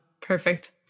perfect